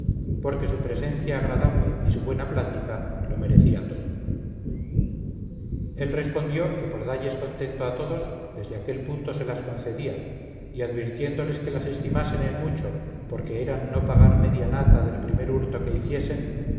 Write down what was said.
porque su presencia agradable y su buena plática lo merecía todo él respondió que por dalles contento a todos desde aquel punto se las concedía y advirtiéndoles que las estimasen en mucho porque eran no pagar media nata del primer hurto que hiciesen